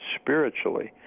spiritually